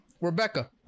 Rebecca